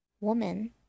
Woman